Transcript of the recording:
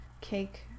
cake